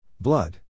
Blood